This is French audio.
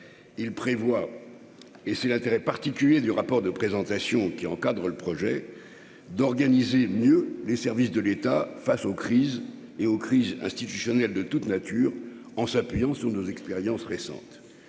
il prévoit, et c'est l'intérêt particulier du rapport de présentation qui encadrent le projet d'organiser mieux les services de l'État face aux crises et aux crises institutionnelles de toute nature, en s'appuyant sur nos expériences récentes,